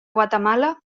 guatemala